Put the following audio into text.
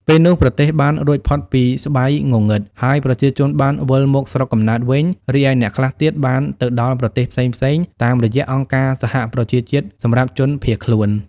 ពេលនោះប្រទេសបានរួចផុតពីស្បៃងងឹត ហើយប្រជាជនបានវិលមកស្រុកកំណើតវិញ រីឯអ្នកខ្លះទៀតបានទៅដល់ប្រទេសផ្សេងៗ តាមរយះអង្គការសហប្រជាជាតិសម្រាប់ជនភៀសខ្លួន។